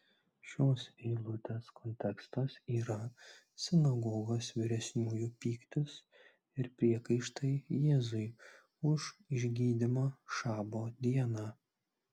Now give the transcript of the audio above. šios eilutės kontekstas yra sinagogos vyresniųjų pyktis ir priekaištai jėzui už išgydymą šabo dieną